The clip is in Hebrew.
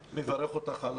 מברך אותך על